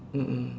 mm mm